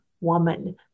woman